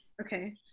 Okay